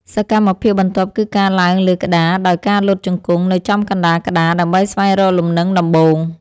សកម្មភាពបន្ទាប់គឺការឡើងលើក្តារដោយការលុតជង្គង់នៅចំកណ្ដាលក្តារ ដើម្បីស្វែងរកលំនឹងដំបូង។